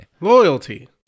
Loyalty